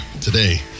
today